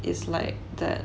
it's like that